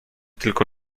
tylko